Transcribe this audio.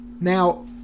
Now